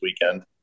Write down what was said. weekend